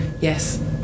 Yes